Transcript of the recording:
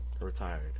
retired